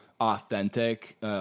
authentic